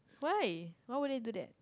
why why would you do that